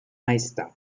maestà